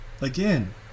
again